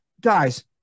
guys